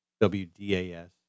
WDAS